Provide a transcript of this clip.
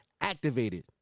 activated